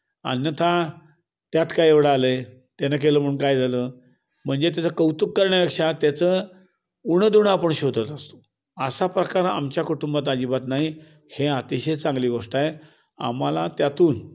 अन्यथा त्यात काय एवढं आलं आहे त्यानं केलं म्हणून काय झालं म्हणजे त्याचं कौतुक करण्यापेक्षा त्याचं उणंदुणं आपण शोधत असतो असा प्रकार आमच्या कुटुंबात अजिबात नाही हे अतिशय चांगली गोष्ट आहे आम्हाला त्यातून